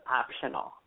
optional